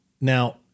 Now